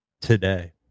today